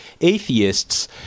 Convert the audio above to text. atheists